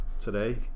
today